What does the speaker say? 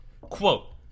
Quote